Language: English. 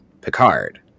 Picard